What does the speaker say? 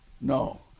no